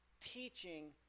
teaching